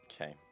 Okay